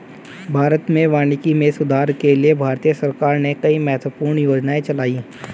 भारत में वानिकी में सुधार के लिए भारतीय सरकार ने कई महत्वपूर्ण योजनाएं चलाई